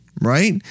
right